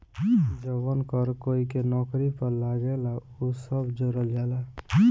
जवन कर कोई के नौकरी पर लागेला उ सब जोड़ल जाला